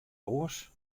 oars